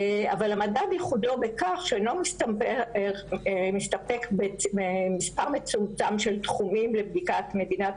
אבל המדד ייחודו בכך שלא מסתפק במספר מצומצם של תחומים לבדיקת מדידת